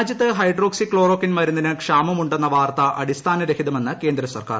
രാജ്യത്ത് hydroxychloroquine മരുന്നിന് ക്ഷാമമുണ്ടെന്ന വാർത്ത അടിസ്ഥാനരഹിതമെന്ന് കേന്ദ്ര സർക്കാർ